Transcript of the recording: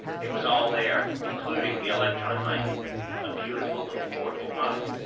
it was all there, including the electron mike a beautiful little portable model.